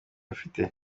afite